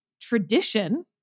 tradition